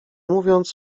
mówiąc